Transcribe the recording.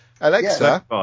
alexa